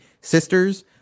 sisters